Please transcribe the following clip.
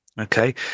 Okay